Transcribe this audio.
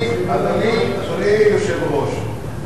אדוני היושב-ראש,